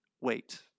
Wait